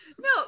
No